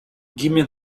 gimme